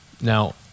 Now